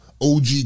OG